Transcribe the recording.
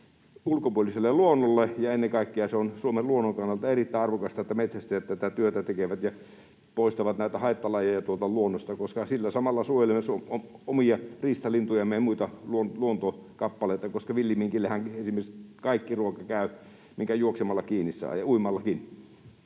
ulkopuoliselle luonnolle, ja ennen kaikkea on Suomen luonnon kannalta erittäin arvokasta, että metsästäjät tätä työtä tekevät ja poistavat haittalajeja luonnosta, koska sillä samalla suojelemme omia riistalintujamme ja muita luontokappaleita, koska esimerkiksi villiminkillehän kaikki ruoka käy, minkä juoksemalla kiinni saa, ja uimallakin.